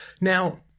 Now